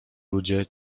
ludzie